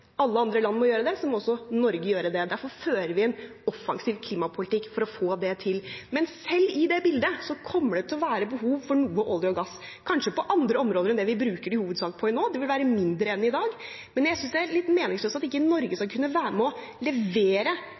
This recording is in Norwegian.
alle andre land må gjøre det, må også Norge gjøre det. Derfor fører vi en offensiv klimapolitikk for å få det til. Men selv i det bildet kommer det til å være behov for noe olje og gass, kanskje på andre områder enn der vi i hovedsak bruker det nå, og det vil være mindre enn i dag. Men jeg synes det er litt meningsløst at ikke Norge skal kunne være med og levere